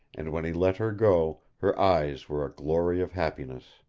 and when he let her go her eyes were a glory of happiness.